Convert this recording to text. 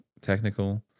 technical